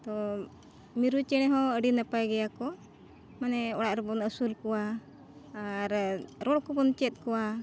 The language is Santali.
ᱛᱚ ᱢᱤᱨᱩ ᱪᱮᱬᱮ ᱦᱚᱸ ᱟᱹᱰᱤ ᱱᱟᱯᱟᱭ ᱜᱮᱭᱟ ᱠᱚ ᱢᱟᱱᱮ ᱚᱲᱟᱜ ᱨᱮᱵᱚᱱ ᱟᱹᱥᱩᱞ ᱠᱚᱣᱟ ᱟᱨ ᱨᱚᱲ ᱠᱚᱵᱚᱱ ᱪᱮᱫ ᱟᱠᱚᱣᱟ